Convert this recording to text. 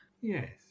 Yes